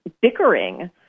bickering